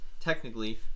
technically